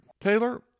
Taylor